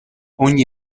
ogni